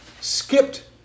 skipped